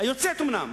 היוצאת אומנם,